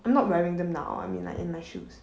I'm not wearing them now I mean like in my shoes